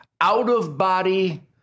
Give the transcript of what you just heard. out-of-body